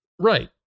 Right